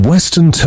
Western